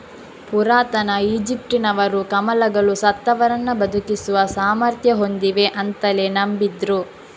ಪುರಾತನ ಈಜಿಪ್ಟಿನವರು ಕಮಲಗಳು ಸತ್ತವರನ್ನ ಬದುಕಿಸುವ ಸಾಮರ್ಥ್ಯ ಹೊಂದಿವೆ ಅಂತಲೇ ನಂಬಿದ್ರು